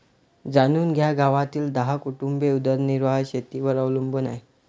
जाणून घ्या गावातील दहा कुटुंबे उदरनिर्वाह शेतीवर अवलंबून आहे